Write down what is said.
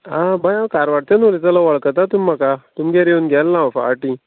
आं बाय हांव कारवारच्यान उलयतालो वळखता तुमी म्हाका तुमगेर येवन गेल्लो हांव फाटीं